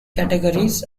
categories